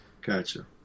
Gotcha